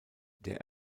der